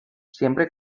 siempre